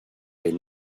est